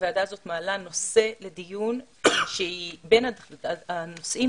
הוועדה הזו מעלה נושא לדיון שהוא בין הנושאים